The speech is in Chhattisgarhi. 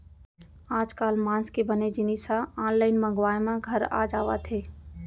आजकाल मांस के बने जिनिस ह आनलाइन मंगवाए म घर आ जावत हे